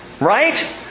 Right